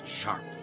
sharp